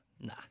Nah